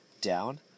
down